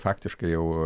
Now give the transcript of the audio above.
faktiškai jau